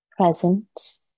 present